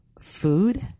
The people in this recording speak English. food